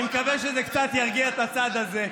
אני מקווה שזה קצת ירגיע את הצד הזה.